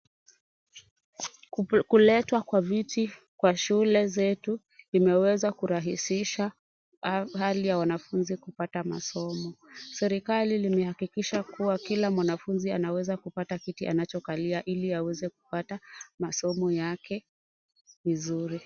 Kuletwa kwa viti kwa shule zetu imeweza kurahisisha hali ya wanafunzi kupata masomo, serikali imehakikisha kuwa kila mwanafunzi anaweza kupata kiti anachokalia ili aweze kupata masomo yake vizuri.